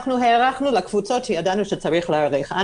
הארכנו לקבוצות שידענו שצריך להאריך להן.